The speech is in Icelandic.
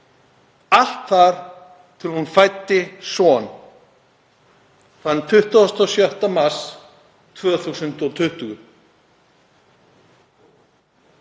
allt þar til hún fæddi son þann 26. mars 2020.